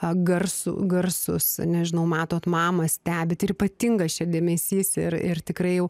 a garsų garsus nežinau matot mamą stebit ir ypatingas čia dėmesys ir ir tikrai jau